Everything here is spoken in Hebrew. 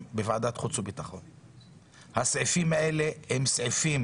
9 במרץ 2022. אני מתחיל בנושא השני שעל סדר היום.